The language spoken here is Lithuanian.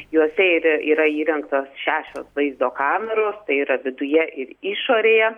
juose ir yra įrengtos šešios vaizdo kameros tai yra viduje ir išorėje